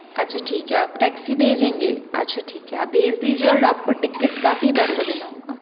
अच्छा ठीक है आप टैक्सी भेजेंगे अच्छा ठीक है आप भेज दीजिए और आपको टिकेट का भी पैसा देना होगा